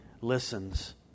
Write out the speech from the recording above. listens